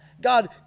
God